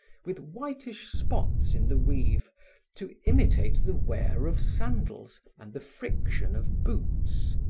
with whitish spots in the weave to imitate the wear of sandals and the friction of boots.